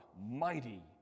mighty